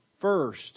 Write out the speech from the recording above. first